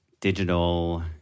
digital